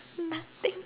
nothing